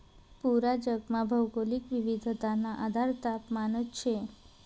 पूरा जगमा भौगोलिक विविधताना आधार तापमानच शे